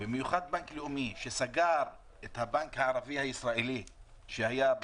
במיוחד בנק לאומי שסגר את הבנק הערבי הישראלי שהיה,